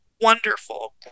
wonderful